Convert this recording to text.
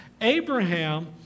Abraham